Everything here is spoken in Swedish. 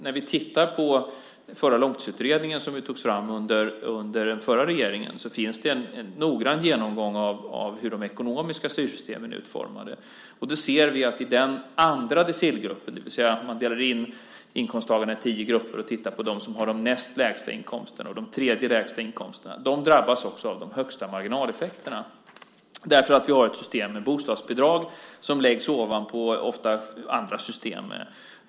När vi tittar på förra Långtidsutredningen, som togs fram under den förra regeringen, ser vi att det finns en noggrann genomgång av hur de ekonomiska styrsystemen är utformade. Man delar in inkomsttagarna i tio grupper, decilgrupper, och tittar på dem som har de näst lägsta inkomsterna. De tredje lägsta inkomsterna drabbas också av de högsta marginaleffekterna, därför att vi har ett system med bostadsbidrag som ofta läggs ovanpå andra system.